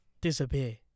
disappear